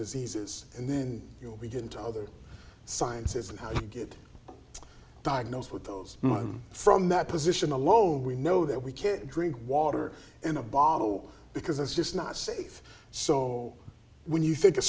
diseases and then you'll begin to other sciences and how you get diagnosed with those from that position alone we know that we can't drink water in a bottle because it's just not safe so when you think